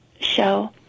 show